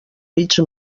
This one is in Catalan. mig